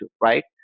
right